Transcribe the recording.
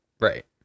Right